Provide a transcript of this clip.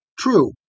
True